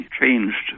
changed